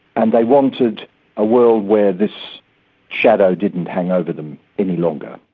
and they wanted a world where this shadow didn't hang over them any longer.